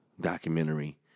documentary